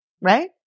Right